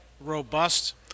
robust